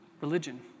religion